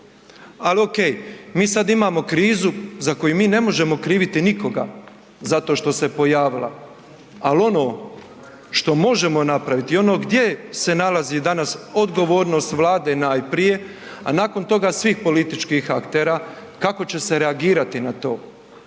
Ali ok, mi sada imamo krizu za koju mi ne možemo kriviti nikoga zato što se pojavila, ali ono što možemo napraviti i ono gdje se nalazi danas odgovornost Vlade najprije, a nakon toga svih političkih aktera kako će se reagirati na to,